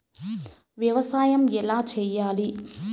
వ్యవసాయం ఎలా చేయాలి?